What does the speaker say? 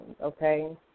Okay